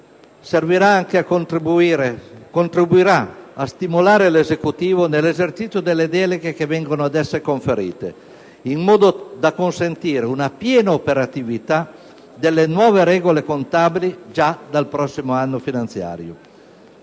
contribuirà a stimolare l'Esecutivo nell'esercizio delle deleghe che vengono ad esso conferite, in modo da consentire una piena operatività delle nuove regole contabili già dal prossimo anno finanziario.